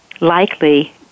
likely